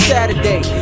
Saturday